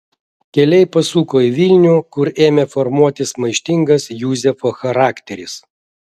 keliai pasuko į vilnių kur ėmė formuotis maištingas juzefo charakteris